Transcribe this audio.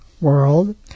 world